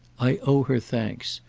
i owe her thanks.